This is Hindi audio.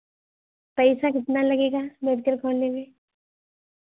पैसा कितना लगेगा मेडिकल खोलने में